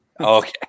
Okay